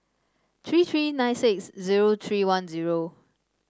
tree tree nine six zero tree one zero